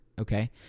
okay